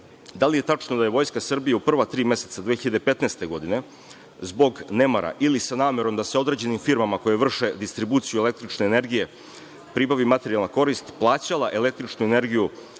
da li je tačno da je Vojska Srbije u prva tri meseca 2015. godine zbog nemara ili sa namerom da se određenim firmama koje vrše distribuciju električne energije pribavi materijalna korist plaćala električnu energiju